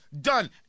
Done